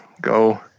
go